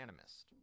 animist